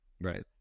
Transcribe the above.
Right